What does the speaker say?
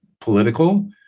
political